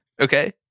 Okay